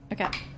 Okay